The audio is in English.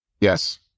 Yes